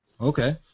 okay